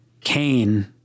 Cain